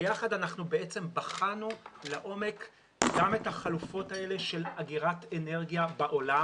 ביחד אנחנו בחנו לעומק גם את החלופות האלה של אגירת אנרגיה בעולם,